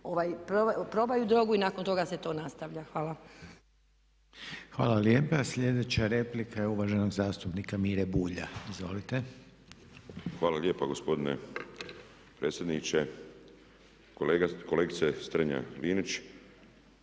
probaju drogu i nakon toga se to nastavlja. Hvala. **Reiner, Željko (HDZ)** Hvala lijepa. Sljedeća replika je uvaženog zastupnika Mire Bulja. **Bulj, Miro (MOST)** Hvala lijepo gospodine predsjedniče. Kolegice Strenja-Linić